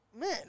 Man